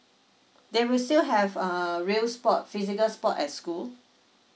then we still have a real sport physical sport at school